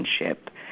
relationship